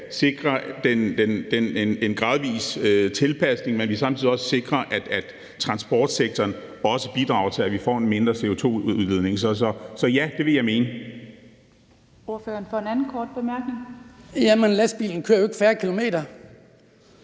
sikre en gradvis tilpasning, men at vi samtidig også sikrer, at transportsektoren også bidrager til, at vi får en mindre CO2-udledning. Så ja, det vil jeg mene. Kl. 10:32 Den fg. formand (Theresa Berg Andersen): Spørgeren